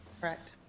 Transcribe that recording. Correct